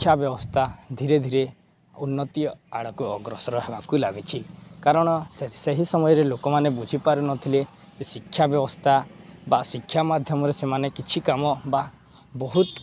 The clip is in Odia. ଶିକ୍ଷା ବ୍ୟବସ୍ଥା ଧୀରେ ଧୀରେ ଉନ୍ନତି ଆଡ଼କୁ ଅଗ୍ରସର ହେବାକୁ ଲାଗିଛି କାରଣ ସେହି ସମୟରେ ଲୋକମାନେ ବୁଝିପାରୁନଥିଲେ ଯେ ଶିକ୍ଷା ବ୍ୟବସ୍ଥା ବା ଶିକ୍ଷା ମାଧ୍ୟମରେ ସେମାନେ କିଛି କାମ ବା ବହୁତ